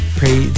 pray